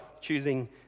choosing